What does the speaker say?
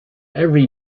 every